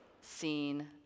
seen